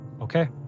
Okay